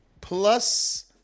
Plus